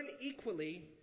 equally